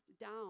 down